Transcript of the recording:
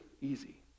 easy